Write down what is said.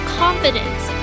confidence